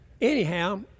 Anyhow